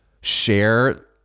share